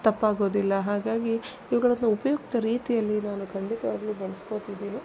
ತಪ್ಪಾಗೋದಿಲ್ಲ ಹಾಗಾಗಿ ಇವುಗಳನ್ನು ಉಪಯುಕ್ತ ರೀತಿಯಲ್ಲಿ ನಾನು ಖಂಡಿತವಾಗ್ಲೂ ಬಳ್ಸ್ಕೊತಿದ್ದೀನಿ